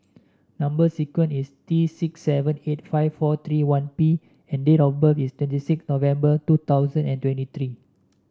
number sequence is T six seven eight five four three one P and date of birth is twenty six November two thousand and twenty three